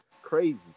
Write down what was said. crazy